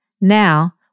Now